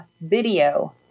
video